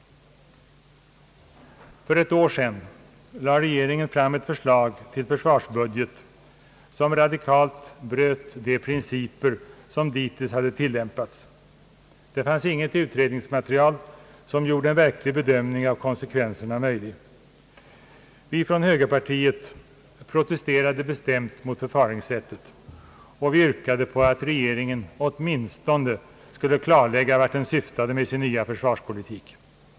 För ett år sedan lade regeringen fram ett förslag till försvarsbudget, som radikalt bröt de principer som dittills hade tillämpats. Det fanns inget utredningsmaterial som gjorde en verklig bedömning av konsekvenserna möjlig. Vi från högerpartiet protesterade bestämt mot förfaringssättet och yrkade på att regeringen åtminstone skulle klarlägga vart den syftade med sin nya försvarspolitik.